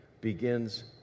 begins